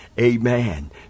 amen